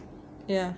ya